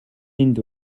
энд